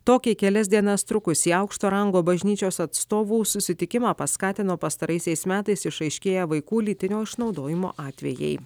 tokį kelias dienas trukusį aukšto rango bažnyčios atstovų susitikimą paskatino pastaraisiais metais išaiškėję vaikų lytinio išnaudojimo atvejai